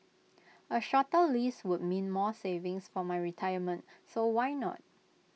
A shorter lease would mean more savings for my retirement so why not